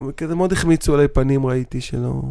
כזה מאוד החמיצו עליי פנים ראיתי שלא...